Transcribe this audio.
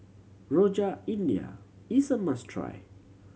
Rojak India is a must try